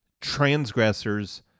transgressors